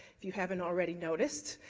if you haven't already noticed,